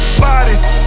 bodies